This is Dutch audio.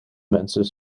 mensen